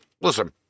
Listen